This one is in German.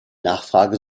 nachfrage